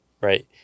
Right